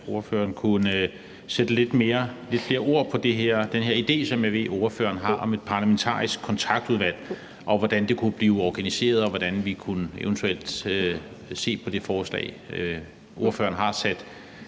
ordføreren kunne sætte lidt flere ord på den her idé, som jeg ved ordføreren har om et parlamentarisk kontaktudvalg, og hvordan det kunne blive organiseret, og hvordan vi eventuelt kunne se på det forslag. Ordføreren har sat